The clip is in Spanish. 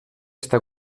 está